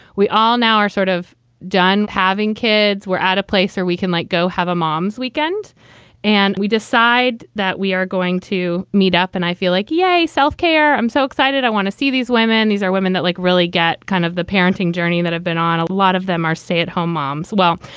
we all now are sort of done having kids. we're at a place where we can, like go have a moms weekend and we decide that we are going to meet up. and i feel like, yay, self-care. i'm so excited. i want to see these women. these are women that like really get kind of the parenting journey that i've been on. a lot of them are stay at home moms. well,